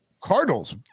Cardinals